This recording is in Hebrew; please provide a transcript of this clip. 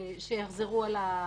שיחזרו על העבירה.